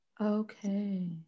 okay